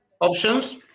options